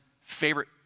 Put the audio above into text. favorite